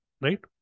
right